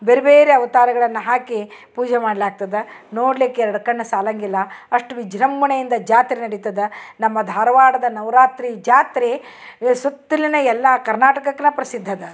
ಬೇರೆ ಬೇರೆ ಅವತಾರಗಳನ್ನ ಹಾಕಿ ಪೂಜೆ ಮಾಡ್ಲಾಗ್ತದ ನೋಡ್ಲಿಕ್ಕೆ ಎರಡು ಕಣ್ಣ್ ಸಾಲಂಗಿಲ್ಲ ಅಷ್ಟು ವಿಜೃಂಭಣೆಯಿಂದ ಜಾತ್ರೆ ನಡಿತದ ನಮ್ಮ ಧಾರವಾಡದ ನವ್ರಾತ್ರಿ ಜಾತ್ರೆ ಏ ಸುತ್ತಲಿನ ಎಲ್ಲ ಕರ್ನಾಟಕಕ್ನ ಪ್ರಸಿದ್ಧ ಅದ ಅದು